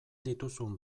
dituzun